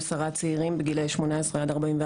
עשרה צעירים בגילאי 18-44,